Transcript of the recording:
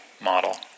model